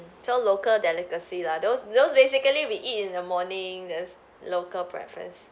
mm so local delicacy lah those those basically we eat in the morning there's local breakfast